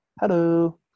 hello